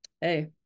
hey